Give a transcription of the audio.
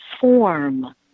form